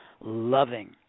loving